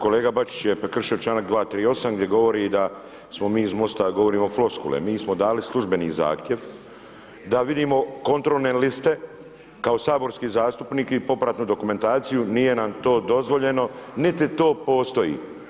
Kolega Bačić je prekršio čl. 238. gdje govori da smo mi iz Mosta govorimo floskule, mi smo dali službeni zahtjev, da vidimo kontrolne liste, kao saborski zastupnici i popratnu dokumentaciju nije nam to dozvoljeno niti to postoji.